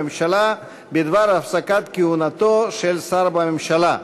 הממשלה בדבר הפסקת כהונתו של שר בממשלה.